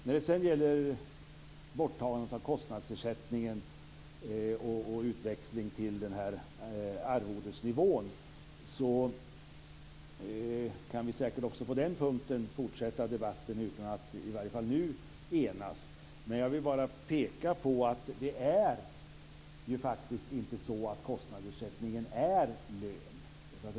När det sedan gäller borttagandet av kostnadsersättningen och utväxling till arvodesnivån, kan vi säkert också på den punkten fortsätta debatten utan att i varje fall nu enas. Men jag vill bara peka på att kostnadsersättningen faktiskt inte är lön.